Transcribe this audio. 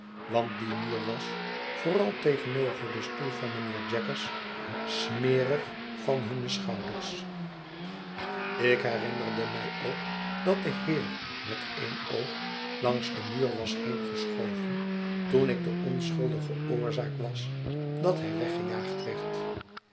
want die muur was vooral tegenover den stoel van mijnheer jaggers smerig van hunne schouders ik herinnerde mij ook dat de heer met een oog langs den muur was heengeschoven toen ik de onschuidige oorzaak was dat hij weggejaagd werd